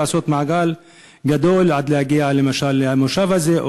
לעשות מעגל גדול כדי להגיע למשל למושב הזה או